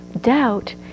doubt